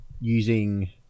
using